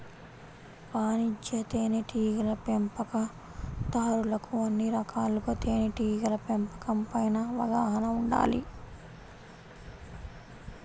వాణిజ్య తేనెటీగల పెంపకందారులకు అన్ని రకాలుగా తేనెటీగల పెంపకం పైన అవగాహన ఉండాలి